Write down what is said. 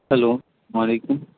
hello وعلیکم